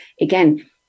again